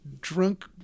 drunk